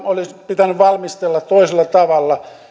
olisi pitänyt valmistella toisella tavalla